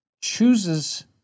chooses